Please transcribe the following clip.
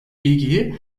ilgiyi